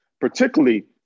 particularly